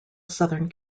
southern